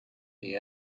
the